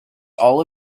all